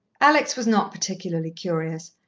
alex was not particularly curious,